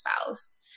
spouse